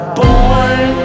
born